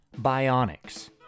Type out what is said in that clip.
bionics